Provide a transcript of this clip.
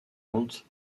compte